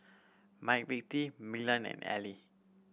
McVitie Milan and Elle